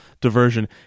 diversion